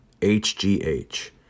HGH